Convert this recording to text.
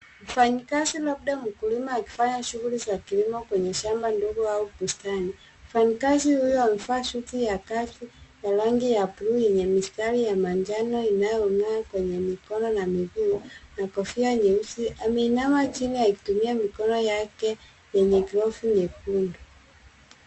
Mfanyikazi labda mkulima akifanya shughuli za kilimo kwenye shamba ndogo au bustani. Mfanyikazi huyu amevaa suti ya kazi ya rangi ya buluu yenye mistari ya manjano inayong'aa kwenye mikono na miguu na kofia nyeusi. Ameinama chini akitumia mikono yake yenye glavu nyekundu.